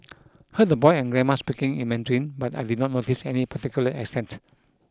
heard the boy and grandma speaking in Mandarin but I did not notice any particular accent